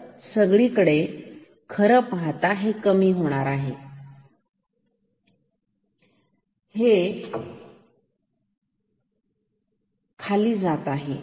तर सगळीकडे तर खरं पाहता हे कमी होणार आहे हे आहे म्हणजे ते खाली जात आहे